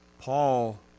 Paul